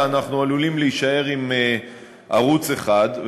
אלא אנחנו עלולים להישאר עם ערוץ אחד.